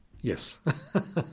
Yes